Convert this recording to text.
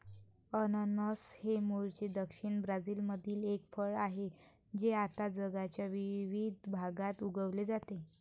अननस हे मूळचे दक्षिण ब्राझीलमधील एक फळ आहे जे आता जगाच्या विविध भागात उगविले जाते